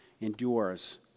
endures